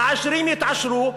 העשירים יתעשרו,